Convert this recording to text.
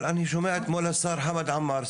אבל שמעתי אתמול את השר חמד עמאר,